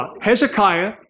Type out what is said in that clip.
Hezekiah